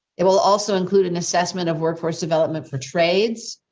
it will also include an assessment of workforce development for trades.